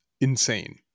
insane